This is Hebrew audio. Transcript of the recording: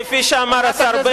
כפי שאמר השר בגין, מי כמוכם יודע.